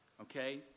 okay